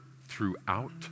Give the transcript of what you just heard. throughout